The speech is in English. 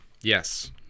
Yes